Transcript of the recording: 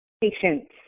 patience